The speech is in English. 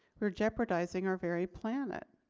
we're jeopardizing our very planet.